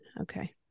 Okay